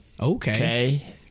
okay